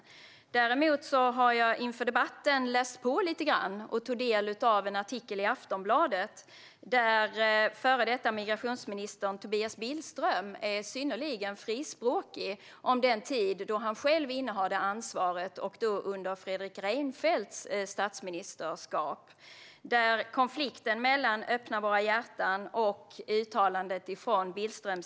Inför debatten har jag läst på lite grann. Jag har tagit del av en artikel i Aftonbladet. Före detta migrationsminister Tobias Billström är synnerligen frispråkig om den tid då han själv innehade det ansvaret under Fredrik Reinfeldts statsministertid. Då var det en konflikt mellan "öppna våra hjärtan" och uttalandet från Billström.